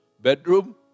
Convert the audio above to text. bedroom